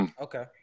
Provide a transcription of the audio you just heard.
okay